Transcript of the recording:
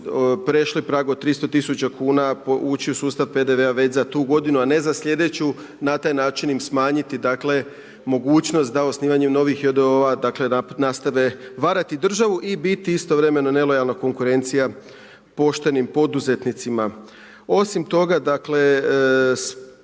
prešli prag od 300 000 kuna ući u sustav PDV-a već za tu godinu, a ne za sljedeću na taj način im smanjiti mogućnost da osnivanjem novih J.D.O.O.-ova nastave varati državu i biti istovremeno nelojalna konkurencija poštenim poduzetnicima. Osim toga, smatramo